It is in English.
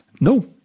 No